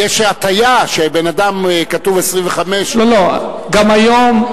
יש הטעיה, שבן-אדם, כתוב 25, לא לא, גם היום,